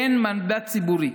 אין מנדט ציבורי.